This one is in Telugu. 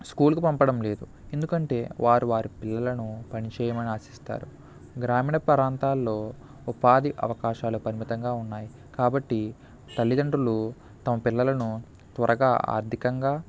స్కూలుకు పంపడం లేదు ఎందుకంటే వారు వారి పిల్లలను పనిచేయమని ఆశిస్తారు గ్రామీణ ప్రాంతాల్లో ఉపాధి అవకాశాలు పరిమితంగా ఉన్నాయి కాబట్టి తల్లిదండ్రులు తమ పిల్లలను త్వరగా ఆర్థికంగా